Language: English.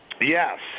Yes